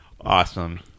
Awesome